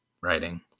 writing